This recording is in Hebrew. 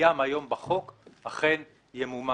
שקיים היום בחוק אכן ימומש.